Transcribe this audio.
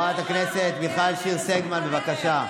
חברת הכנסת מיכל שיר סגמן, בבקשה.